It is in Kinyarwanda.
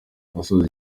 asoza